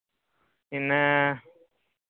ᱤᱱᱟᱹ